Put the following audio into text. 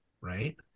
Right